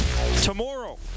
Tomorrow